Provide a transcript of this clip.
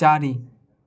चारि